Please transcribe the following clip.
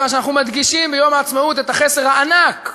כיוון שאנחנו מדגישים ביום העצמאות את החסר הענק,